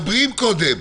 מדברים קודם,